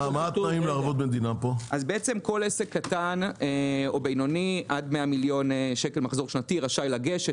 כל עסק קטן או בינוני עד 100 מיליון שקל מחזור שנתי רשאי לגשת.